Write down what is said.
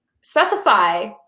Specify